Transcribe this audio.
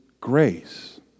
grace